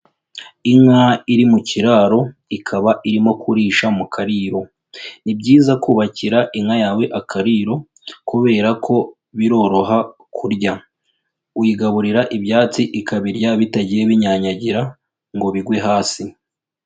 Inka iri mu kiraro, ikaba irimo kurisha mu kariro, ni byiza kubakira inka yawe akariro kubera ko biroroha kurya, uyigaburira ibyatsi ikabirya bitagiye binyanyagira ngo bigwe hasi.